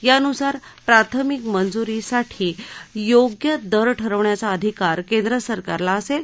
यानुसार प्राथमिक मजूरीचा योग्य दर ठरवण्याचा अधिकार केंद्रसरकारला असेल